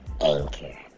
Anchor